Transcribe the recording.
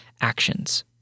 actions